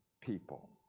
people